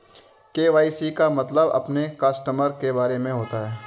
KYC का मतलब अपने कस्टमर के बारे में होता है